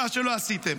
מה שלא עשיתם,